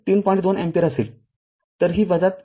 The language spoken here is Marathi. २ अँपिअर असेल